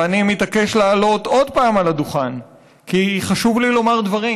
ואני מתעקש לעלות עוד פעם על הדוכן כי חשוב לי לומר דברים,